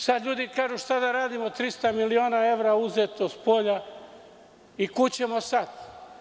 Sada ljudi kažu – šta da radimo, 300 miliona evra je uzeto od spolja i kuda ćemo sada?